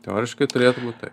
teoriškai turėtų būt tai